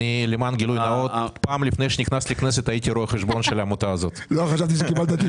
הוא רשמית לא מאוגד כעמותה אלא כתאגיד